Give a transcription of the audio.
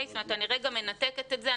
אני כרגע מנתקת את זה.